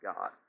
God